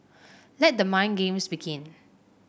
let the mind games begin